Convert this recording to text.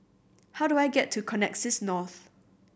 how do I get to Connexis North